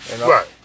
Right